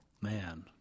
man